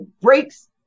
breaks